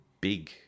big